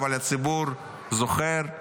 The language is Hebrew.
אבל הציבור זוכר,